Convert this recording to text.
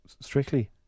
strictly